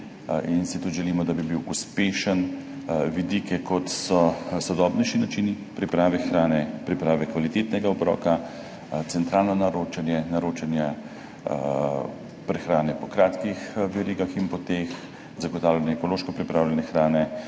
in si tudi želimo, da bi bil uspešen, vidike, kot so sodobnejši načini priprave hrane, priprave kvalitetnega obroka, centralno naročanje, naročanja prehrane po kratkih verigah in po teh zagotavljanje ekološko pripravljene hrane.